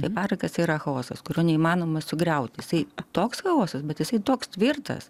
tai parakas yra chaosas kurio neįmanoma sugriauti jisai toks chaosas bet jisai toks tvirtas